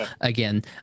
again